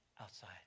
outside